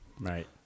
Right